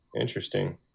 Interesting